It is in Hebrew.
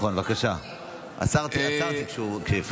צריך להוסיף לו.